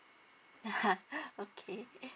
okay